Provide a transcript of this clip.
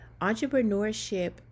entrepreneurship